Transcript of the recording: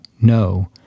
no